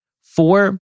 Four